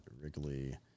Wrigley